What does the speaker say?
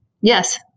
Yes